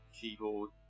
keyboard